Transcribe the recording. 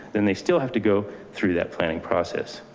then they still have to go through that planning process.